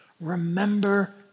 remember